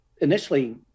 Initially